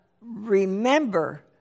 remember